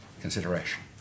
consideration